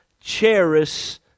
Cherish